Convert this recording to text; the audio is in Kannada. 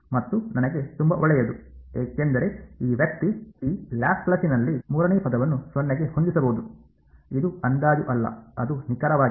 ಮತ್ತು ನನಗೆ ತುಂಬಾ ಒಳ್ಳೆಯದು ಏಕೆಂದರೆ ಈ ವ್ಯಕ್ತಿ ಈ ಲ್ಯಾಪ್ಲಾಸಿಯನ್ನಲ್ಲಿ ಮೂರನೇ ಪದವನ್ನು 0 ಗೆ ಹೊಂದಿಸಬಹುದು ಇದು ಅಂದಾಜು ಅಲ್ಲ ಅದು ನಿಖರವಾಗಿದೆ